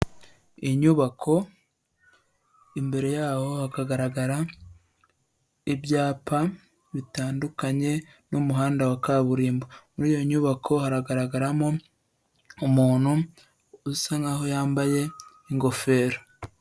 Inyubako, imbere yaho hakagaragara ibyapa bitandukanye n'umuhanda wa kaburimbo, muri iyo nyubako hagaragaramo umuntu usa nk'aho yambaye ingofero.